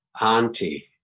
auntie